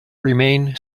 remain